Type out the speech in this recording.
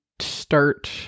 start